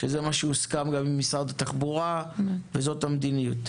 זה מה שהוסכם עם משרד התחבורה וזאת גם המדיניות.